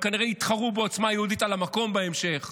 הם כנראה יתחרו בעוצמה יהודית על המקום בהמשך,